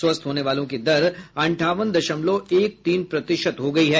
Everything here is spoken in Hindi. स्वस्थ होने वालों की दर अंठावन दशमलव एक तीन प्रतिशत हो गई है